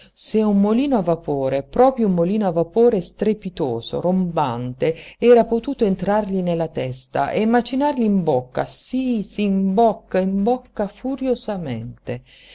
se un molino a vapore proprio un molino a vapore strepitoso rombante era potuto entrargli nella testa e macinargli in bocca sí sí in bocca in bocca furiosamente